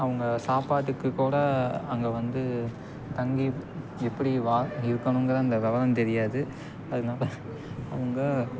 அவங்க சாப்பாட்டுக்கு கூட அங்கே வந்து தங்கி எப்படி வா இருக்கணுங்கிற அந்த விவரம் தெரியாது அதனால அவங்க